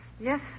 Yes